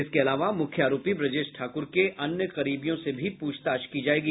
इसके अलावा मुख्य आरोपी ब्रजेश ठाकुर के अन्य करीबियों से भी पूछताछ की जायेगी